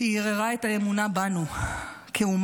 ערערה את האמונה בנו כאומה,